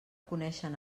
coneixen